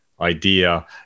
idea